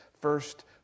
first